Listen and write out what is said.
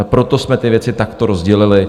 Proto jsme ty věci takto rozdělili.